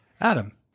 Adam